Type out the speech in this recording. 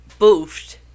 boofed